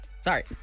Sorry